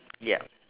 yup